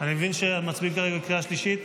אני מבין שמצביעים כרגע בקריאה השלישית.